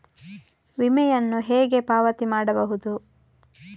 ವಿಮೆಯನ್ನು ಹೇಗೆ ಪಾವತಿ ಮಾಡಬಹುದು?